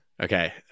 Okay